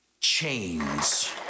chains